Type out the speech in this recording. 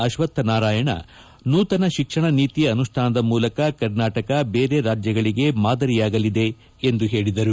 ಅಶ್ವತ್ಥ್ ನಾರಾಯಣ್ ನೂತನ ಶಿಕ್ಷಣ ನೀತಿ ಅನುಷ್ಠಾನದ ಮೂಲಕ ಕರ್ನಾಟಕದ ಬೇರೆ ರಾಜ್ಯಗಳಿಗೆ ಮಾದರಿಯಾಗಲಿದೆ ಎಂದು ಹೇಳಿದರು